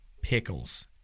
Pickles